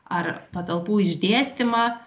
ar patalpų išdėstymą